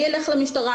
הוא ילך למשטרה,